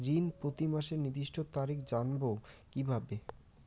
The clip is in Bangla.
ঋণ প্রতিমাসের নির্দিষ্ট তারিখ জানবো কিভাবে?